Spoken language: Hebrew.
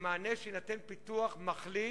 במענה שיינתן פיתוח מחליף,